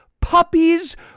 puppies